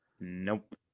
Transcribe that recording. Nope